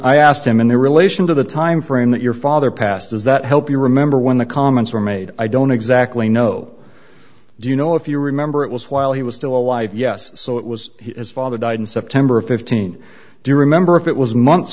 i asked him in the relation to the time frame that your father passed is that help you remember when the comments were made i don't exactly know do you know if you remember it was while he was still alive yes so it was his father died in september of fifteen do you remember if it was months